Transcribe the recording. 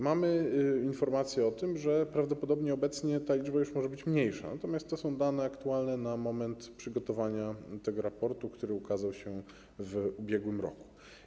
Mamy informacje o tym, że prawdopodobnie obecnie ta liczba może być mniejsza, natomiast to są dane aktualne na moment przygotowania raportu, który ukazał się w ubiegłym roku.